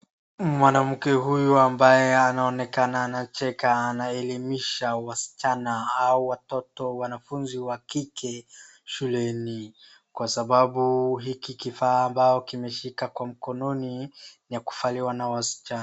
Mwanamke huyu ambaye anaonekana anacheka anaelimisha wasichana au watoto wanafuzi wa kike shuleni kwa sababu hiki kifaa ambao kimeshika kwa mkononi ni ya kuvaliwa na wasichana.